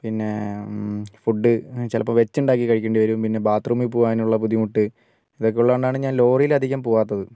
പിന്നെ ഫുഡ്ഡ് ചിലപ്പോൾ വച്ചുണ്ടാക്കി കഴിക്കേണ്ടിവരും പിന്നെ ബാത്ത് റൂമിൽ പോകാനുള്ള ബുദ്ധിമുട്ട് ഇതൊക്കെ ഉള്ളതുകൊണ്ടാണ് ഞാൻ ലോറിയിൽ അധികം പോകാത്തത്